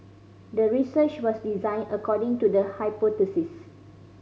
the research was designed according to the hypothesis